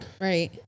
right